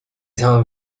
تموم